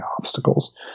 obstacles